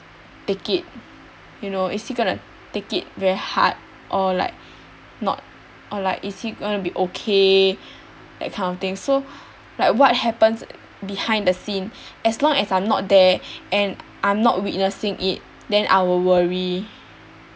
take it you know is he gonna take it very hard or like not or like is he gonna be okay that kind of thing so like what happens behind the scene as long as I'm not there and I'm not witnessing it then I will worry